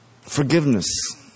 Forgiveness